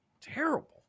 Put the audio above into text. terrible